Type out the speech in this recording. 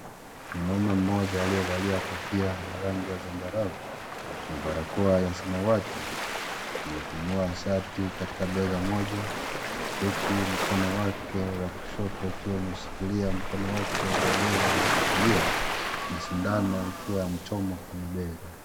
Mwanaume mmoja aliyevalia kofia ya rangi ya zambarau, na barakoa ya samawati, amefunua shati katika bega moja, huku mkono wake wa kushoto ukiwa umeshikilia mkono wake wa bega wa kulia, na sindano ikiwa yamchoma kwenye bega.